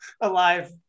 Alive